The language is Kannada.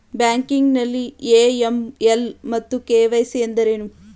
ಬ್ಯಾಂಕಿಂಗ್ ನಲ್ಲಿ ಎ.ಎಂ.ಎಲ್ ಮತ್ತು ಕೆ.ವೈ.ಸಿ ಎಂದರೇನು?